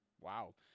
wow